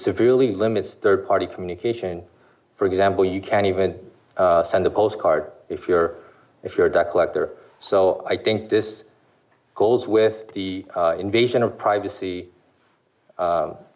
severely limits rd party communication for example you can even send a postcard if you're if you're a duck collector so i think this goes with the invasion of privacy